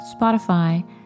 Spotify